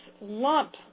lump